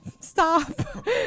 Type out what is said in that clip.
Stop